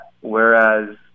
whereas